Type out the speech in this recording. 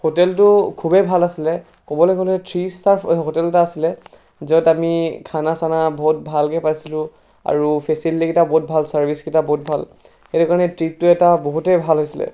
হোটেলটো খুবেই ভাল আছিলে ক'বলৈ গ'লে থ্ৰী ষ্টাৰ হোটেল এটা আছিলে য'ত আমি খানা চানা বহুত ভালকৈ পাইছিলোঁ আৰু ফেচিলিটিকেইটা বহুত ভাল ছাৰ্ভিচকেইটা বহুত ভাল সেইটো কাৰণে ট্ৰিপটো এটা বহুতেই ভাল হৈছিলে